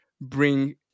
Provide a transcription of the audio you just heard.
bring